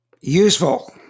useful